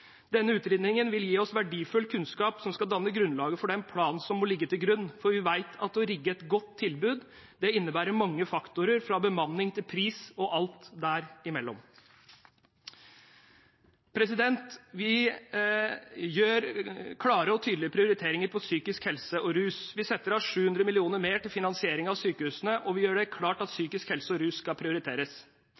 Denne utredningen vil gi oss verdifull kunnskap, som skal danne grunnlaget for den planen som må ligge til grunn, for vi vet at å rigge et godt tilbud innebærer mange faktorer – fra bemanning til pris og alt derimellom. Vi gjør klare og tydelige prioriteringer på psykisk helse og rus. Vi setter av 700 mill. kr mer til finansiering av sykehusene, og vi gjør det klart at psykisk helse og rus skal prioriteres,